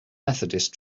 methodist